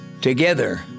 Together